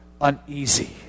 uneasy